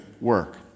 work